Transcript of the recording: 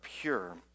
pure